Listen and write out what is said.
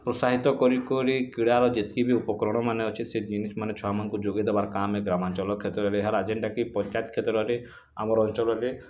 ପ୍ରୋତ୍ସାହିତ କରିକରି କ୍ରୀଡ଼ାର ଯେତ୍କି ବି ଉପକରଣମାନେ ଅଛେ ସେ ଜିନିଷ ମାନେ ଛୁଆମାନଙ୍କୁ ଯୁଗେଇ ଦେବାର୍ କାମ୍ ଏ ଗ୍ରାମାଞ୍ଚଲ କ୍ଷେତ୍ରରେ ହେଲା ଯେନ୍ଟା କି ପଞ୍ଚାୟତ କ୍ଷେତ୍ରରେ ଆମର୍ ଅଞ୍ଚଲରେ